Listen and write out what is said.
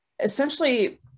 Essentially